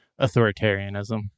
authoritarianism